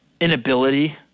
inability